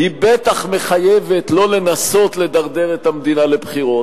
היא בטח מחייבת שלא לנסות לדרדר את המדינה לבחירות.